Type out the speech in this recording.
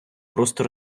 просто